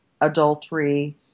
adultery